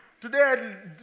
Today